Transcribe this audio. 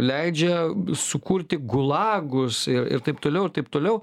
leidžia sukurti gulagus ir ir taip toliau ir taip toliau